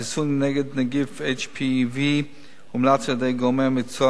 החיסון נגד נגיף ה-HPV הומלץ על-ידי גורמי מקצוע